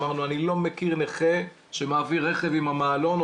אמרנו אני לא מכיר נכה שמעביר רכב עם המעלון,